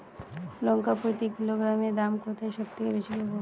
লঙ্কা প্রতি কিলোগ্রামে দাম কোথায় সব থেকে বেশি পাব?